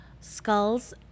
Skulls